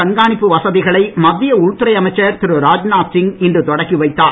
காண்காணிப்பு வசதிகளை மத்திய உள்துறை அமைச்சர் திரு ராஜ்நாத் சிங் இன்று தொடக்கி வைத்தார்